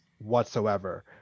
whatsoever